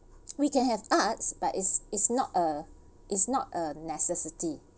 we can have arts but it's not a it's not a necessity